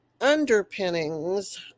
underpinnings